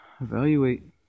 Evaluate